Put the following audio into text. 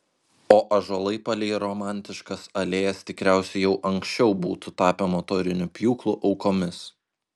o ąžuolai palei romantiškas alėjas tikriausiai jau anksčiau būtų tapę motorinių pjūklų aukomis